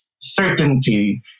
certainty